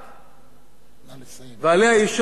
ועליה אי-אפשר לוותר.